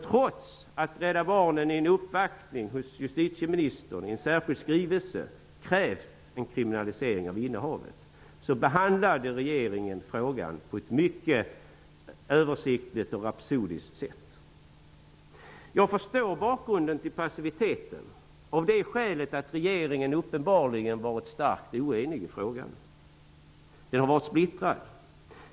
Trots att Rädda Barnen i en uppvaktning hos justitieministern i en särskild skrivelse krävt en kriminalisering av innehavet behandlade regeringen frågan på ett mycket översiktligt och rapsodiskt sätt. Jag förstår bakgrunden till passiviteten av det skälet att regeringen uppenbarligen har varit starkt oenig i frågan. Den har varit splittrad.